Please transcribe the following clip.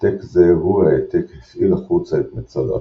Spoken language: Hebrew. העתק זה הוא ההעתק הפעיל החוצה את מצד עתרת.